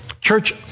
Church